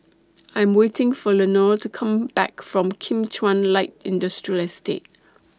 I Am waiting For Lenore to Come Back from Kim Chuan Light Industrial Estate